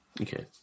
Okay